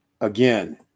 again